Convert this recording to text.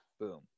Boom